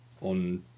on